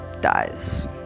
dies